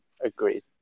agreed